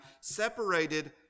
separated